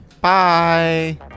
bye